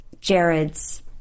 jared's